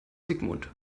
sigmund